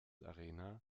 arena